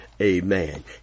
amen